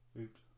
oops